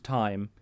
time